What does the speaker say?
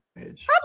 age